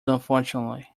unfortunately